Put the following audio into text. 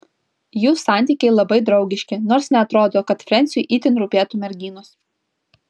jų santykiai labai draugiški nors neatrodo kad frensiui itin rūpėtų merginos